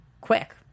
quick